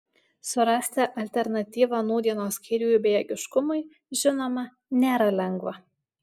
surasti alternatyvą nūdienos kairiųjų bejėgiškumui žinoma nėra lengva